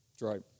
Right